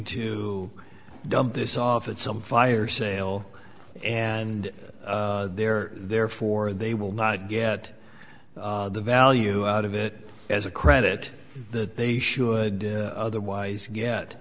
to dump this off at some fire sale and they're therefore they will not get the value out of it as a credit that they should otherwise get